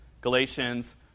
Galatians